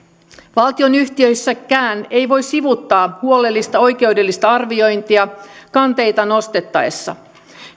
valtionyhtiöissäkään ei voi sivuuttaa huolellista oikeudellista arviointia kanteita nostettaessa